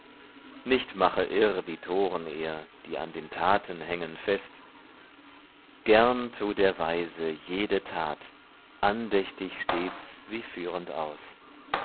nicht mache irr die toren er die an den taten hängen fest gern tu der weise jede tat andächtig stets sie führend aus